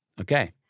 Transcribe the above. Okay